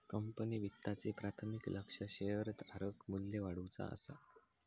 company वित्ताचे प्राथमिक लक्ष्य शेअरधारक मू्ल्य वाढवुचा असा